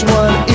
one